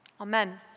Amen